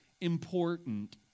important